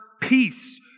peace